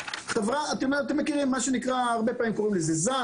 מה שנקרא הרבה פעמים זן,